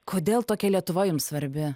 kodėl tokia lietuva jums svarbi